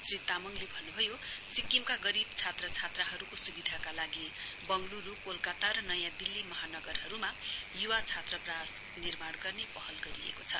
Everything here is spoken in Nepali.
श्री तामाङले भन्नुभयो सिक्किमका गरीब छात्र छात्राहरूको सुविधाका लागि बंगलुरु कोलकाता र नयाँ दिल्ली महानगरहरूमा युवा छात्रवास निर्माण गर्ने पहल गरेको छ